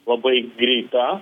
labai greita